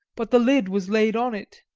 but the lid was laid on it,